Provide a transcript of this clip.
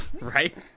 right